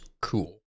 cool